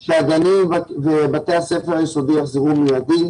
אנחנו מבקשים שהגנים ובתי הספר היסודיים יחזרו מידית.